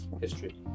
history